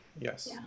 yes